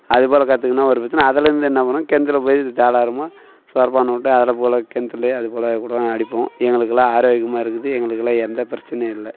அதே போல் கத்துக்குன்னால் ஒரு பிரச்சனை அதிலருந்து என்ன பண்ணுவோம் கிணத்துல போய் தாளாரமாக விட்டு அதில் போல கிணத்துலே அதுபோல் கூட அடிப்போம் எங்களுக்கெலாம் ஆரோக்கியமாக இருக்குது எங்களுக்கெலாம் எந்த பிரச்சனையும் இல்லை